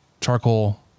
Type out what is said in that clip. charcoal